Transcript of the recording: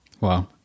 Wow